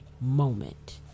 moment